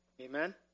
Amen